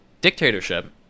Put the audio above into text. dictatorship